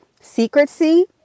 Secrecy